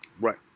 Right